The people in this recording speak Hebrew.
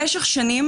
במשך שנים